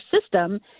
system